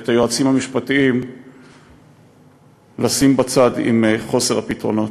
ואת היועצים המשפטיים לשים בצד, עם חוסר הפתרונות,